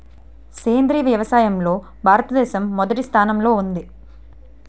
సేంద్రీయ వ్యవసాయంలో భారతదేశం మొదటి స్థానంలో ఉంది